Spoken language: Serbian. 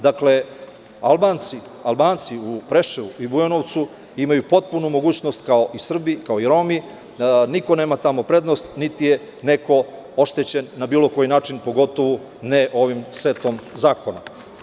Dakle, Albanci u Preševu i Bujanovcu, imaju potpunu mogućnost kao i Srbi, kao Romi, niko nema tamo prednost, niti je neko oštećen na bilo koji način, pogotovo ne ovim setom zakona.